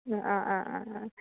अ अ औ औ